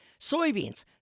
Soybeans